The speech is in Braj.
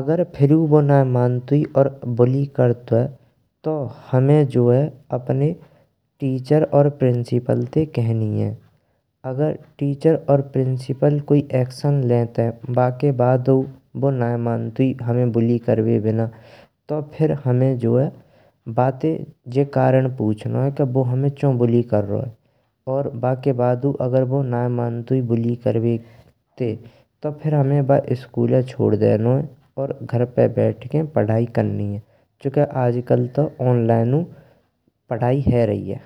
अगर फीरे ब्यू नये मंतुयी और बुल्ली करतुये तो हामें अपने टीचर और प्रिंसिपल ते कहनी है। अगर टीचर और प्रिंसिपल कोई ऐक्शन लेते बेक बड़ा ना मंतुये हामें बुल्ली करवे बिना तो फिर हामें जो है, बातचीत करण पूछनो है के ब्यू हामें चू बुल्ली कर रो है। और बेक बड़ा नये मंतु बुल्ली करवाते तो फिर हामें ब्यू स्कूलै छोड़ देनो है। और घर पे बैठ के पढ़ाई करनी है चुके आजकल तो ऑनलाइनु पढ़ाई है रही है।